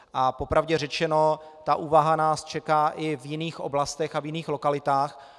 A po pravdě řečeno, ta úvaha nás čeká i v jiných oblastech a v jiných lokalitách.